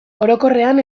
orokorrean